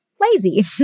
lazy